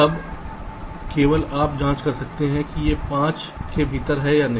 तब केवल आप जांच सकते हैं कि यह 5 के भीतर है या नहीं